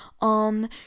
on